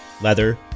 leather